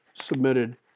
submitted